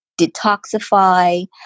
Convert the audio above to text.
detoxify